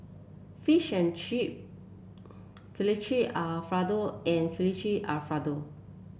fish and Chip Fettuccine Alfredo and Fettuccine Alfredo